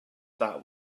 that